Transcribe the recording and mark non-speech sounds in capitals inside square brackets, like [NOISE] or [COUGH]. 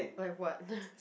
like what [NOISE]